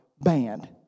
banned